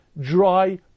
dry